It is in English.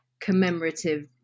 commemorative